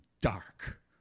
dark